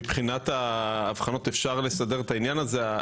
מבחינת האבחנות, אפשר לסדר את העניין הזה.